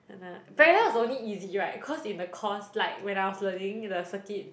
[anah] parallel is only easy [right] cause in the course like when I was learning the circuit